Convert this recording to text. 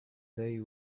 they